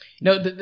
No